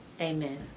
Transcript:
Amen